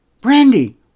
Brandy